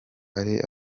ari